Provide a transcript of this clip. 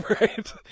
right